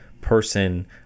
person